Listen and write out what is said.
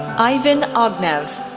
ivan ognev,